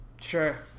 Sure